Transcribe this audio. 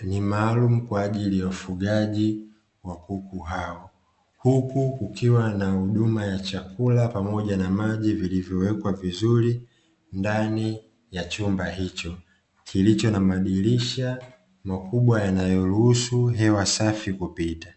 ni maalumu kwaajili ya ufugaji wa kuku hao. Huku kukiwa na huduma ya chakula pamoja na maji, vilivyowekwa vizuri ndani ya chumba hicho, kilicho na madirisha makubwa yanayoruhusu hewa safi kupita.